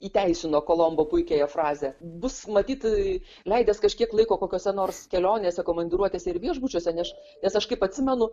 įteisino kolombo puikiąją frazę bus matyt leidęs kažkiek laiko kokiose nors kelionėse komandiruotėse ir viešbučiuose nes nes aš kaip atsimenu